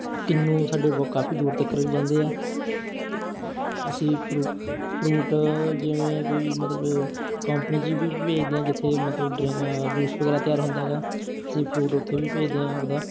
ਕਿੰਨੂ ਸਾਡੇ ਉਹ ਕਾਫੀ ਦੂਰ ਤੱਕ ਜਾਂਦੇ ਆ ਅਤੇ ਅਸੀਂ ਫਰੁ ਫਰੂਟ ਜਿਵੇਂ ਕੋਈ ਮਤਲਬ ਕੰਪਨੀ 'ਚ ਵੀ ਭੇਜਦੇ ਹਾਂ ਜਿੱਥੇ ਮਤਲਬ ਡਰਿੰ ਜੂਸ ਵਗੈਰਾ ਤਿਆਰ ਹੁੰਦਾ ਹੈਗਾ ਅਸੀਂ ਫਰੂਟ ਉੱਥੇ ਵੀ ਭੇਜਦੇ ਹਾਂ ਆਪਦਾ